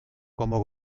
como